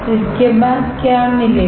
इसके बाद क्या मिलेगा